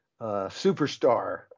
superstar